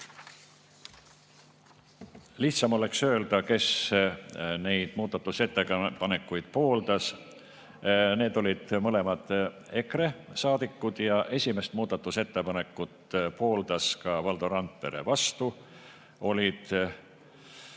Lihtsam oleks öelda, kes neid muudatusettepanekuid pooldas. Need olid mõlemad EKRE saadikud ja esimest muudatusettepanekut pooldas ka Valdo Randpere. Vastu olid